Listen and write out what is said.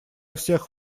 всех